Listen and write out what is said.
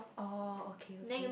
oh okay okay